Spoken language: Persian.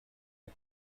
کنی